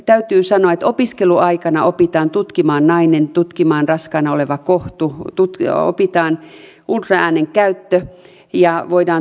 täytyy sanoa että opiskeluaikana opitaan tutkimaan nainen tutkimaan raskaana oleva kohtu opitaan ultraäänen käyttö ja voidaan tutkia sikiö